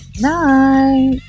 Night